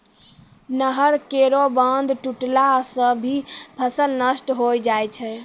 नहर केरो बांध टुटला सें भी फसल नष्ट होय जाय छै